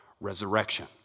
resurrection